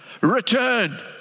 return